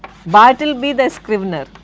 bartleby, the scrivener.